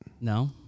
No